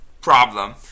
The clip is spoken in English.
problem